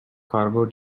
cargo